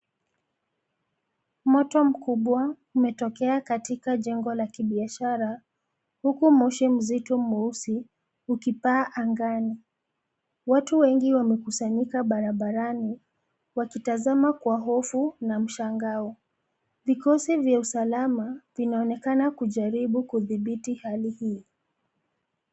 Moto mkubwa umetokea katika jengo la kibiashara, huku moshi mzito mweusi ukipaa angani. Watu wengi wamekusanyika barabarani, wakitazama kwa hofu na mshangao. Vikosi vya usalama, vinaonekana kujaribu kudhibiti hali hii.